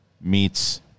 meets